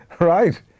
right